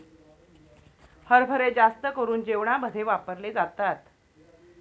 हरभरे जास्त करून जेवणामध्ये वापरले जातात